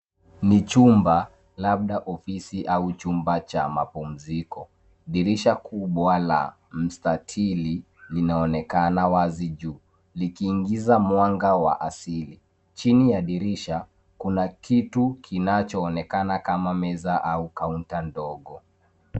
Ni chumba labda ofisi au chumba cha mapumziko. Dirisha kubwa la mstatili linaonekana wazi juu likiingiza mwanga wa asili. Chini ya dirisha, kuna kitu kinachoonekana kama meza au kaunta ndogo .